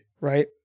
right